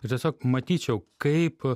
ir tiesiog matyčiau kaip